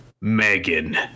Megan